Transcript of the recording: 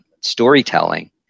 storytelling